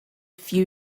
few